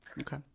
Okay